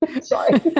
Sorry